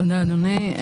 תודה, אדוני.